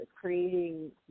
creating